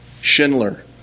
Schindler